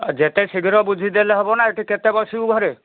ଯେତେ ଶୀଘ୍ର ବୁଝିଦେଲେ ହବନା ଏଠି କେତେ ବସିବୁ ଘରେ